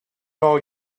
all